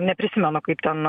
neprisimenu kaip ten